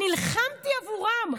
נלחמתי עבורם,